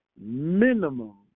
minimum